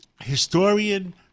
historian